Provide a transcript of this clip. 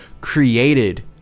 created